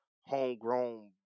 homegrown